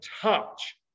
touch